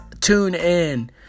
TuneIn